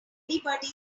anybody